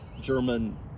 German